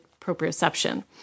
proprioception